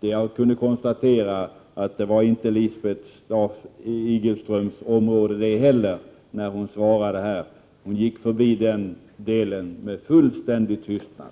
Jag 59 kunde konstatera att detta inte heller var Lisbeth Staaf-Igelströms område. När hon svarade gick hon förbi den delen med fullständig tystnad.